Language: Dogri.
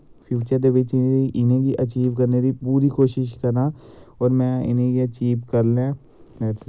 फ्यूचर दे बिच्च इनें गी अचीव करने दी पूरी कोशिश करां और मैं इनेंगी अचीव करी लैं बस